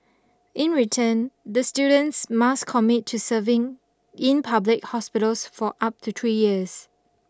in return the students must commit to serving in public hospitals for up to three years